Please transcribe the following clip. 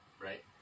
right